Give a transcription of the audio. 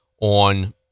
on